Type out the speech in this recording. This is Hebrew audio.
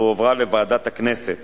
והועברה לוועדת הכנסת